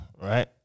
right